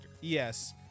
yes